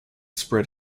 spread